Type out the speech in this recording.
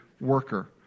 worker